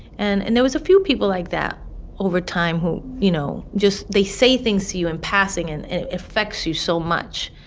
and and there was a few people like that over time who, you know, just they say things to you in passing, and it affects you so much.